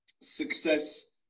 success